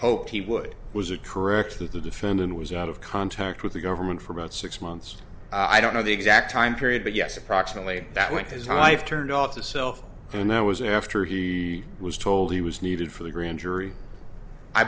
hoped he would was a correct that the defendant was out of contact with the government for about six months i don't know the exact time period but yes approximately that when his wife turned off the cell phone and that was after he was told he was needed for the grand jury i